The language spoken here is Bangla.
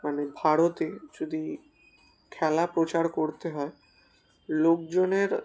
মানে ভারতে যদি খেলা প্রচার করতে হয় লোকজনের